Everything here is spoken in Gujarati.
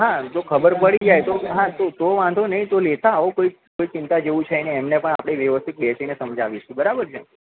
હા જો ખબર પડી જાય તો હા તો વાંધો નહીં તો લેતા આવો કોઈ ચિંતા જેવું છે નહીં એમને પણ આપણે વ્યવસ્થિત બેસીને સમજાવીશું બરાબર છે